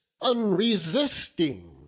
unresisting